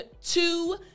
two